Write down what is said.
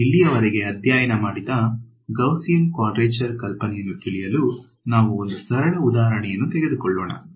ನಾವು ಇಲ್ಲಿಯವರೆಗೆ ಅಧ್ಯಯನ ಮಾಡಿದ ಗೌಸಿಯನ್ ಕ್ವಾಡ್ರೇಚರ್ ಕಲ್ಪನೆಯನ್ನು ತಿಳಿಯಲು ನಾವು ಒಂದು ಸರಳ ಉದಾಹರಣೆಯನ್ನು ತೆಗೆದುಕೊಳ್ಳುಣ